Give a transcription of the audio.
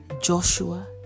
Joshua